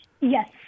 Yes